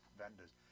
vendors